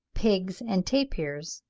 pigs, and tapirs,